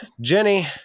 Jenny